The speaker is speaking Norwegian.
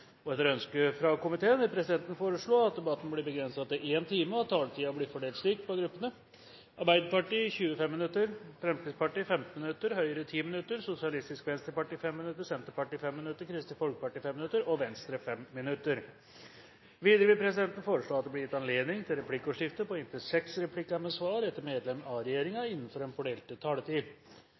sete. Etter ønske fra familie- og kulturkomiteen vil presidenten foreslå at debatten blir begrenset til 1 time, og at taletiden blir fordelt slik på gruppene: Arbeiderpartiet 25 minutter, Fremskrittspartiet 15 minutter, Høyre 10 minutter, Sosialistisk Venstreparti 5 minutter, Senterpartiet 5 minutter, Kristelig Folkeparti 5 minutter og Venstre 5 minutter. Videre vil presidenten foreslå at det blir gitt anledning til replikkordskifte på inntil seks replikker med svar etter innlegg fra medlem av regjeringen innenfor den fordelte taletid.